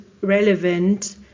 relevant